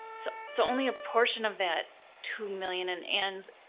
so so only a portion of that two million and ann's,